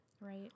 Right